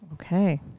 Okay